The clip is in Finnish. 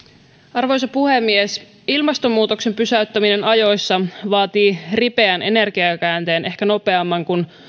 arvoisa puhemies ilmastonmuutoksen pysäyttäminen ajoissa vaatii ripeän energiakäänteen ehkä nopeamman kuin